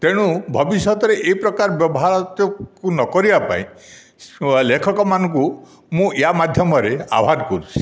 ତେଣୁ ଭବିଷ୍ୟତରେ ଏପ୍ରକାର ବ୍ୟବହାରତ୍ୟକୁ ନକରିବା ପାଇଁ ଲେଖକମାନଙ୍କୁ ମୁଁ ୟା ମାଧ୍ୟମରେ ଆହ୍ୱାନ କରୁଛି